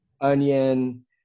onion